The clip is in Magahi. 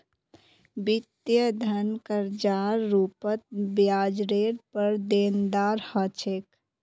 वित्तीय धन कर्जार रूपत ब्याजरेर पर देनदार ह छे